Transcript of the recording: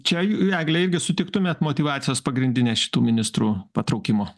čia egle irgi sutiktumėt motyvacijos pagrindinė šitų ministrų patraukimo